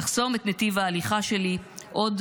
לחסום את נתיב ההליכה שלי עוד